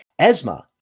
Esma